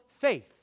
faith